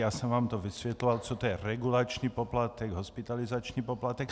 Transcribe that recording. Já jsem vám vysvětloval, co je regulační poplatek, hospitalizační poplatek.